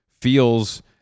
feels